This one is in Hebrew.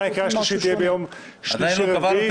לקריאה השנייה והשלישית תהיה בימים שלישי ורביעי.